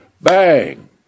Bang